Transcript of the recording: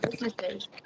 businesses